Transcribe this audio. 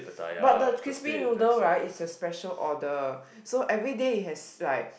but the crispy noodle right is a special order so every day it has like